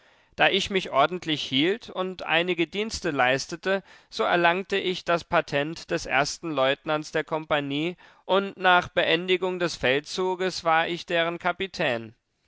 da ich mich ordentlich hielt und einige dienste leistete so erlangte ich das patent des ersten leutnants der kompanie und nach beendigung des feldzuges war ich deren kapitän